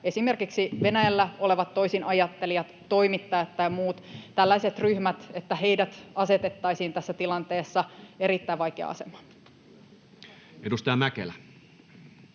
esimerkiksi Venäjällä olevat toisinajattelijat, toimittajat tai muut tällaiset ryhmät asetettaisiin tässä tilanteessa erittäin vaikeaan asemaan. [Speech